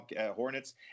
Hornets